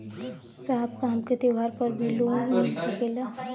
साहब का हमके त्योहार पर भी लों मिल सकेला?